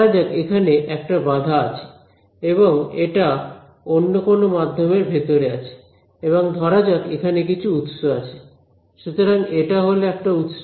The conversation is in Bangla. ধরা যাক এখানে একটা বাধা আছে এবং এটা অন্য কোন মাধ্যমের ভেতরে আছে এবং ধরা যাক এখানে কিছু উৎস আছে সুতরাং এটা হল একটা উৎস